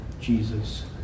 Jesus